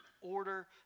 order